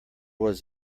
was